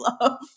love